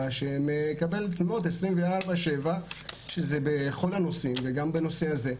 שמקבל תלונות 24/7 שזה בכל הנושאים וגם בנושא הזה.